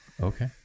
Okay